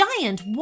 giant